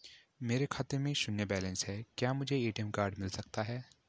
मेरे खाते में शून्य बैलेंस है क्या मुझे ए.टी.एम कार्ड मिल सकता है?